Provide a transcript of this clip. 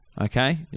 Okay